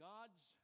God's